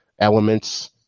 elements